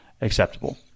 acceptable